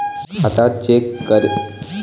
खाता चेक करे म कतक समय लगही?